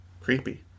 creepy